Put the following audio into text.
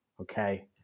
Okay